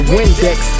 Windex